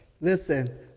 Listen